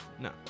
No